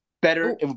better